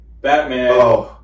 Batman